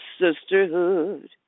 sisterhood